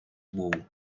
wall